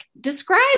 describe